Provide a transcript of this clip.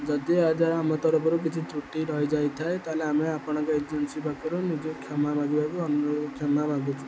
ଯଦି ଆମ ତରଫରୁ କିଛି ତ୍ରୁଟି ରହିଯାଇଥାଏ ତା'ହେଲେ ଆମେ ଆପଣଙ୍କ ଏଜେନ୍ସି ପାଖରୁ ନିଜକୁ କ୍ଷମା ମାଗିବାକୁ କ୍ଷମା ମାଗୁଛୁ